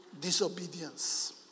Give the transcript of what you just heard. disobedience